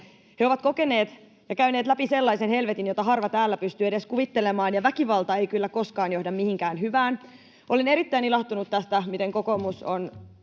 He ovat kokeneet ja käyneet läpi sellaisen helvetin, jota harva täällä pystyy edes kuvittelemaan. Väkivalta ei kyllä koskaan johda mihinkään hyvään. Olen erittäin ilahtunut tästä, miten kokoomus on